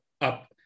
up